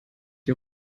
die